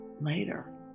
Later